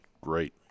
great